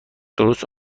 درست